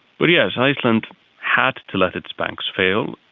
but yes, iceland had to let its banks fail.